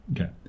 Okay